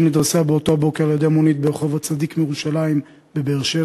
אשר נדרסה באותו הבוקר על-ידי מונית ברחוב הצדיק מירושלים בבאר-שבע.